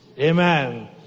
Amen